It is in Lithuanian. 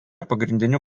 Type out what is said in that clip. pagrindiniu